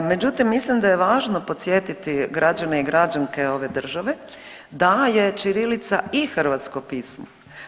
Međutim mislim da je važno podsjetiti građane i građanke ove države da je ćirilica i hrvatsko pismo.